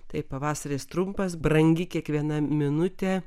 taip pavasaris trumpas brangi kiekviena minutė